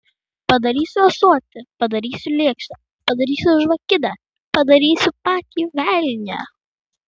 padarysiu ąsotį padarysiu lėkštę padarysiu žvakidę padarysiu patį velnią